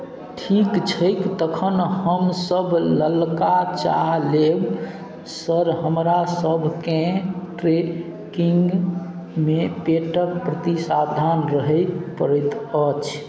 ठीक छैक तखन हमसभ ललका चाह लेब सर हमरा सभकेँ ट्रैकिंगमे पेटक प्रति सावधान रहय पड़ैत अछि